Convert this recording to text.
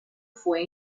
fue